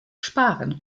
sparen